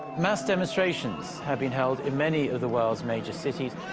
mass demonstrations have been held in many of the worldis major cities.